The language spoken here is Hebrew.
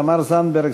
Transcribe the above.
תמר זנדברג,